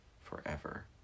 forever